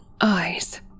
eyes